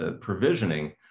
provisioning